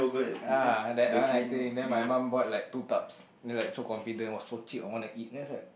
ah that one I think then my mum bought like two tubs then like so confident [wah] so cheap I wanna eat then I was like eat